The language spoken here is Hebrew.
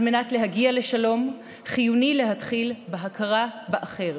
על מנת להגיע לשלום, חיוני להתחיל בהכרה באחר,